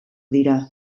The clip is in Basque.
dira